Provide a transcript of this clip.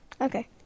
Okay